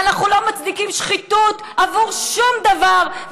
ואנחנו לא מצדיקים שחיתות עבור שום דבר,